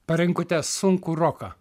parinkote sunkų roką